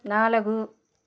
నాలుగు